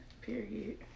period